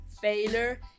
failure